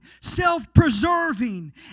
self-preserving